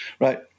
right